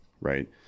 right